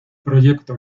proyecto